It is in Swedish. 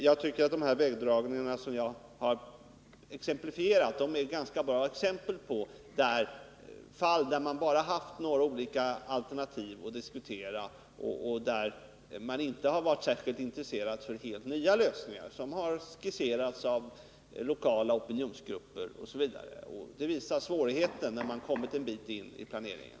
Jag tycker att de vägdragningar som jag exemplifierat med är ganska bra exempel på fall där man bara haft några olika alternativ att diskutera och där man inte varit särskilt intresserad av helt nya lösningar, som skisserats av olika opinionsgrupper e. d. Det visar på de svårigheter som finns när man kommit en bit in i planeringen.